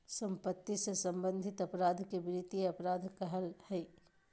सम्पत्ति से सम्बन्धित अपराध के वित्तीय अपराध कहइ हइ